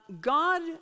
God